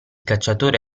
cacciatore